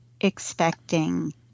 expecting